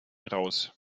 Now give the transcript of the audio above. raus